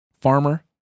farmer